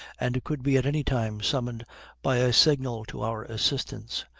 and could be at any time summoned by a signal to our assistance,